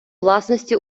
власності